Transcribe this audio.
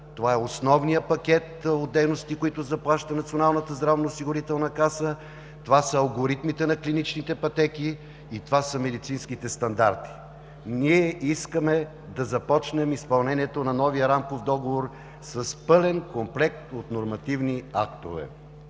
това е основният пакет от дейности, които заплаща Националната здравноосигурителна каса, това са алгоритмите на клиничните пътеки и това са медицинските стандарти. Ние искаме да започнем изпълнението на новия рамков договор с пълен комплект от нормативни актове.